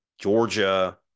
Georgia